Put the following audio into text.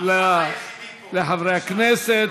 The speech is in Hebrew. תודה לחברי הכנסת.